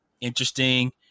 interesting